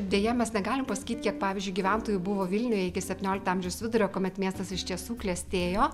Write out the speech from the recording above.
deja mes negalim pasakyt kiek pavyzdžiui gyventojų buvo vilniuj iki septyniolikto amžiaus vidurio kuomet miestas iš tiesų klestėjo